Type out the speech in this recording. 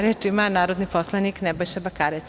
Reč ima narodni poslanik Nebojša Bakarec.